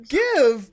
give